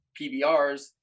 pbrs